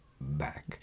back